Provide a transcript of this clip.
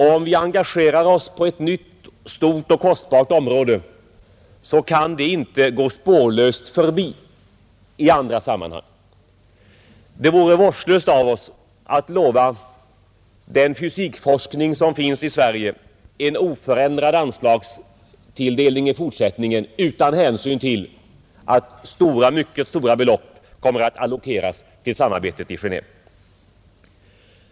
Om vi engagerar oss på ett nytt, stort och kostsamt område, så kan det inte gå spårlöst förbi i andra sammanhang. Det vore vårdslöst av oss att lova den fysikforskning som finns i Sverige en oförändrad anslagstilldelning i fortsättningen utan hänsyn till att mycket stora belopp kommer att allokeras till samarbetet i Geneve.